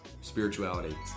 Spirituality